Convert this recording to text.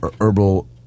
herbal